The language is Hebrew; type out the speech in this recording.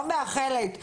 לא מאחלת.